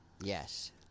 Yes